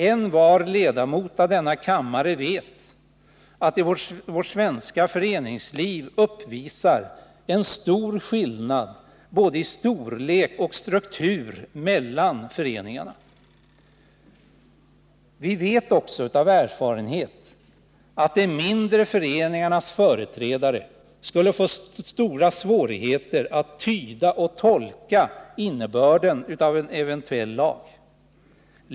Envar ledamot av denna kammare vet att vårt svenska föreningsliv uppvisar en stor skillnad, både i storlek och struktur, mellan föreningarna. Vi vet också av erfarenhet att de mindre föreningarnas företrädare skulle få stora svårigheter att tyda och tolka innebörden av en eventuell lag.